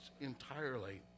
entirely